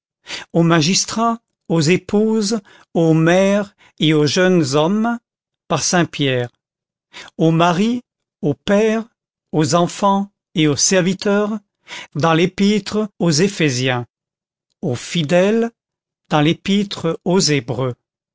aux magistrats aux épouses aux mères et aux jeunes hommes par saint pierre aux maris aux pères aux enfants et aux serviteurs dans l'épître aux éphésiens aux fidèles dans l'épître aux hébreux